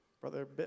brother